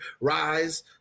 Rise